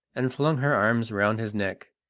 and flung her arms round his neck,